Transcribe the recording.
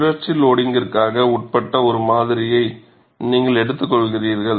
சுழற்சி லோடிங்கிற்ககு உட்பட்ட ஒரு மாதிரியை நீங்கள் எடுத்துக்கொள்கிறீர்கள்